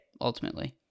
ultimately